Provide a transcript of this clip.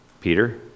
Peter